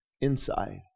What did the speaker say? inside